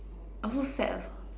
also sad also